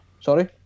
Sorry